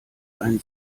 ein